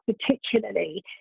particularly